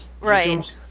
right